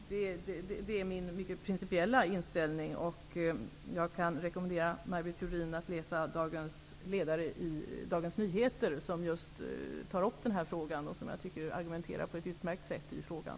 Det är min principiella inställning. Jag kan rekommendera Maj Britt Theorin att läsa ledaren i Dagens Nyheter i dag, där man tar upp denna fråga och på ett utmärkt sätt argumenterar i frågan.